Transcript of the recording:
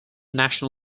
national